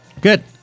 Good